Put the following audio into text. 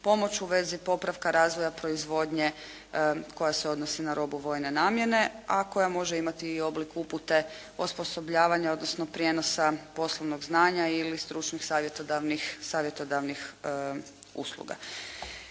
pomoć u vezi popravka, razvoja, proizvodnje koja se odnosi na robu vojne namjene, a koja može imati i oblik upute osposobljavanja, odnosno prijenosa poslovnog znanja ili stručnih savjetodavnih usluga.